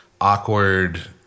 awkward